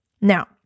Now